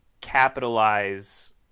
capitalize